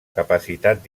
capacitat